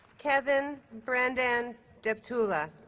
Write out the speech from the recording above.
kevin brendan deptula